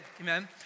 amen